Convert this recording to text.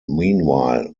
meanwhile